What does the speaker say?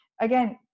Again